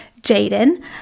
Jaden